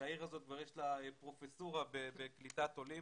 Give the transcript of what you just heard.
שלעיר הזאת יש פרופסורה בקליטת עולים